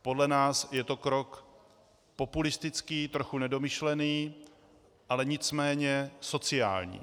Podle nás je to krok populistický, trochu nedomyšlený, ale nicméně sociální.